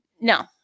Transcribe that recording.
No